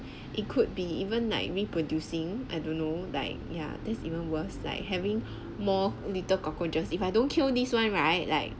it could be even like reproducing I don't know like yeah that's even worse like having more little cockroaches if I don't kill this one right like